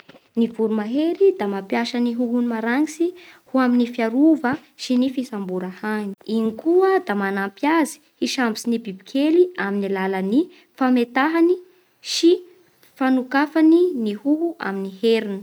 Ny voromahery da mampiasa ny hohony maranitsy ho amin'ny fiarova sy ny fisambora hany. Igny koa da manampy azy hisambotsy ny biby kely amin'ny alalan'ny fametahany sy fanokafany ny hoho amin'ny heriny.